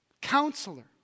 counselor